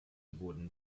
wurden